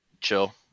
Chill